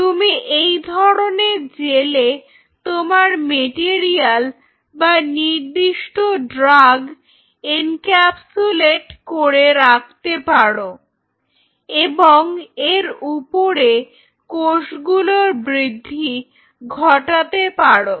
তুমি এই ধরনের জেলে তোমার মেটেরিয়াল বা নির্দিষ্ট ড্রাগ এনক্যাপসুলেট্ করে রাখতে পারো এবং এর উপরে কোষগুলোর বৃদ্ধি ঘটাতে পারো